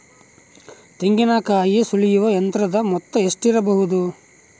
ತೆಂಗಿನಕಾಯಿ ಸುಲಿಯುವ ಯಂತ್ರದ ಮೊತ್ತ ಎಷ್ಟಿರಬಹುದು?